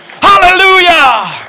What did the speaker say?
hallelujah